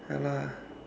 ya lah